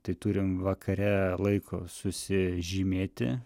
tai turim vakare laiko susižymėti